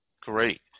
Great